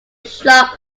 sharp